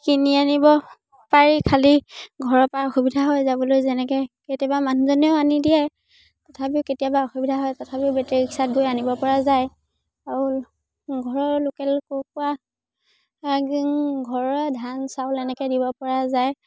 কিনি আনিব পাৰি খালী ঘৰৰপৰা অসুবিধা হয় যাবলৈ যেনেকৈ কেতিয়াবা মানুহজনেও আনি দিয়ে তথাপিও কেতিয়াবা অসুবিধা হয় তথাপিও বেটেৰী ৰিক্সাত গৈ আনিবপৰা যায় আৰু ঘৰৰ লোকেল কুকুৰাক ঘৰৰে ধান চাউল এনেকৈ দিবপৰা যায়